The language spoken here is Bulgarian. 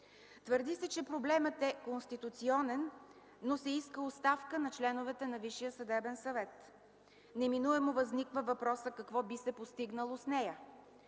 Твърди се, че проблемът е конституционен, но се иска оставка на членовете на Висшия съдебен съвет. Неминуемо възниква въпросът: какво би се постигнало с нея?